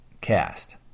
cast